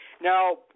Now